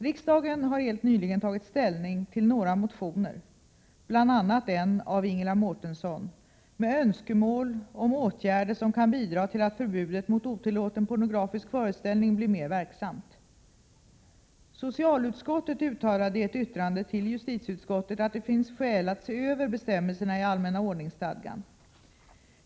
Riksdagen har för kort tid sedan tagit ställning till några motioner, bl.a. en av Ingela Mårtensson, med önskemål om åtgärder som kan bidra till att förbudet mot otillåten pornografisk föreställning blir mer verksamt. Socialutskottet uttalade i ett yttrande till justitieutskottet att det fanns skäl att se över bestämmelserna i allmänna ordningsstadgan.